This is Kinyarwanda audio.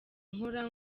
nkora